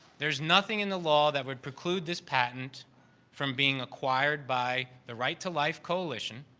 there's nothing in the law that would preclude this patent from being acquired by the right to life coalition